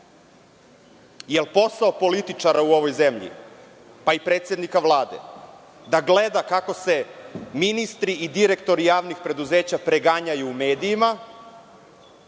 Jel posao političara u ovoj zemlji, pa i predsednika Vlade da gleda kako se ministri i direktori javnih preduzeća preganjaju u medijima